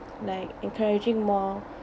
like encouraging more